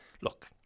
Look